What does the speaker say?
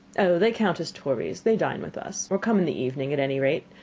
oh, they count as tories. they dine with us. or come in the evening, at any rate.